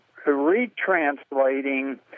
retranslating